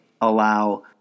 allow